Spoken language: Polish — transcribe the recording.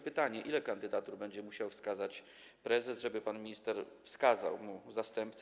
Pytanie, ile kandydatur będzie musiał wskazać prezes, żeby pan minister wybrał mu zastępcę.